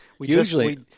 Usually